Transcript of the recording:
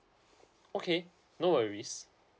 okay no worries